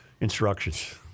instructions